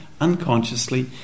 unconsciously